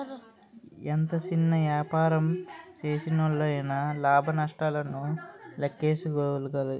ఎంత సిన్న యాపారం సేసినోల్లయినా లాభ నష్టాలను లేక్కేసుకోగలగాలి